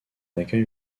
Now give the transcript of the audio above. accueil